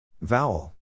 Vowel